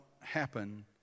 happen